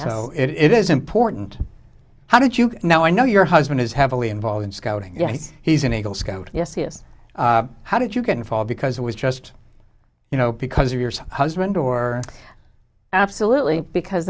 so it is important how did you know i know your husband is heavily involved in scouting yes he's an eagle scout yes he is how did you can fall because it was just you know because of your husband or absolutely because